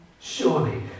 Surely